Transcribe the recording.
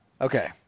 Okay